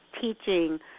teaching